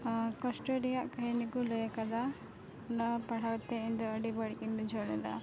ᱠᱚᱥᱴᱚ ᱨᱮᱭᱟᱜ ᱠᱟᱹᱦᱤᱱᱤ ᱠᱚ ᱞᱟᱹᱭ ᱟᱠᱟᱫᱟ ᱱᱚᱣᱟ ᱯᱟᱲᱦᱟᱣᱛᱮ ᱤᱧᱫᱚ ᱟᱹᱰᱤ ᱵᱟᱹᱲᱤᱡᱜᱮᱧ ᱵᱩᱡᱷᱟᱹᱣ ᱞᱮᱫᱟ